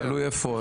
תלוי איפה,